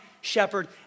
shepherd